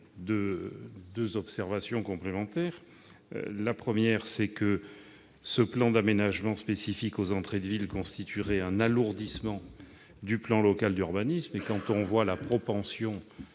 deux observations complémentaires. En premier lieu, ce plan d'aménagement spécifique aux entrées de ville constituerait un alourdissement du plan local d'urbanisme, et, eu égard à l'augmentation